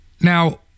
Now